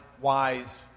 wise